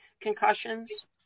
concussions